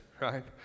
right